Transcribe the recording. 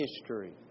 history